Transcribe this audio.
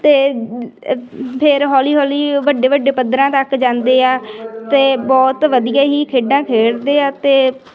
ਅਤੇ ਫਿਰ ਹੌਲੀ ਹੌਲੀ ਵੱਡੇ ਵੱਡੇ ਪੱਧਰਾਂ ਤੱਕ ਜਾਂਦੇ ਆ ਅਤੇ ਬਹੁਤ ਵਧੀਆ ਹੀ ਖੇਡਾਂ ਖੇਡਦੇ ਆ ਅਤੇ